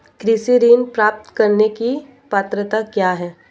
कृषि ऋण प्राप्त करने की पात्रता क्या है?